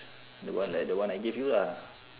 the one like the one I gave you lah